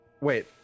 wait